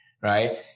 right